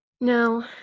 No